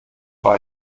war